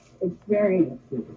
Experiences